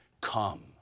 come